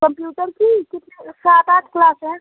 computer की कितनी सात आठ क्लास हैं